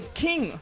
king